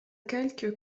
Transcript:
calque